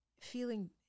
feeling